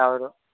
తెలీదు